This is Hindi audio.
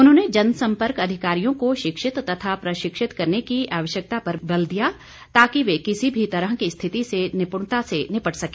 उन्होंने जन सम्पर्क अधिकारियों को शिक्षित तथा प्रशिक्षित करने की आवश्यकता पर भी बल दिया ताकि वे किसी भी तरह की स्थिति से निपुणता से निपट सके